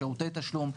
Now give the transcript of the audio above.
שירותי תשלום.